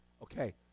Okay